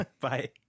Bye